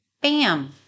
Bam